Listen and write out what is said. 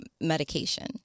medication